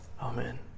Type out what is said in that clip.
Amen